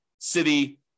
city